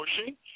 pushing